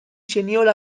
zeniola